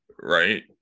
right